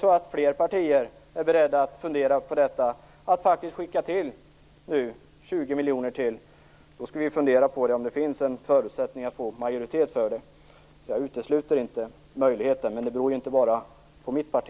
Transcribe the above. Om fler partier är beredda att fundera på detta, dvs. att anslå ytterligare 20 miljoner, skall vi fundera över om det finns förutsättningar för att få majoritet för detta. Jag utesluter inte möjligheten. Men det beror inte bara på mitt parti.